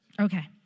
Okay